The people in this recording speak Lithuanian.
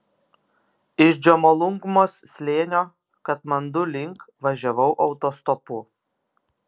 iš džomolungmos slėnio katmandu link važiavau autostopu